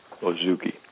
Ozuki